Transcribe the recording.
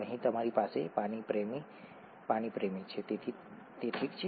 અહીં તમારી પાસે પાણીપ્રેમી પાણીપ્રેમી છે તેથી તે ઠીક છે